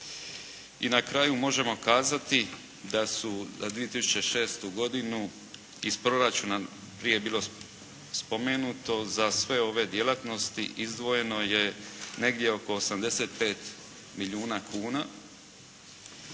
I na kraju možemo kazati da su za 2006. godinu iz proračuna prije je bilo spomenuto za sve ove djelatnosti izdvojeno je negdje oko 85 milijuna kuna